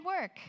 work